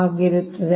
ಆಗಿರುತ್ತದೆ